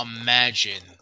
imagine